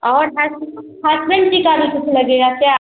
और हस हसबैंड के काग़ज़ कुछ लगेंगे क्या